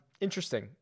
interesting